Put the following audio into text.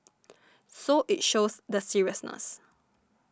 so it shows the seriousness